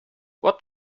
what